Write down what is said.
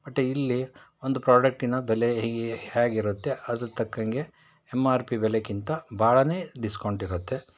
but ಇಲ್ಲಿ ಒಂದು ಪ್ರಾಡಕ್ಟಿನ ಬೆಲೆ ಹೀಗೆ ಹ್ಯಾಗೆ ಇರುತ್ತೆ ಅದಕ್ಕೆ ತಕ್ಕಂಗೆ ಎಮ್ ಆರ್ ಪಿ ಬೆಲೆಗಿಂತ ಭಾಳಾನೇ ಡಿಸ್ಕೌಂಟ್ ಇರತ್ತೆ